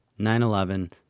9-11